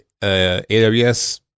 aws